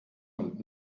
und